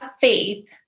faith